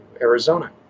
Arizona